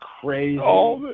crazy